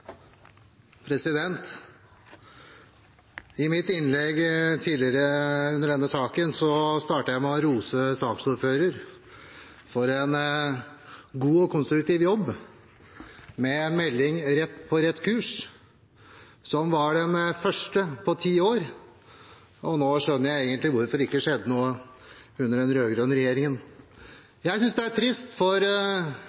I mitt innlegg tidligere i debatten startet jeg med å rose saksordføreren for en god og konstruktiv jobb med meldingen På rett kurs, som er den første på ti år. Nå skjønner jeg egentlig hvorfor det ikke skjedde noe under den rød-grønne regjeringen.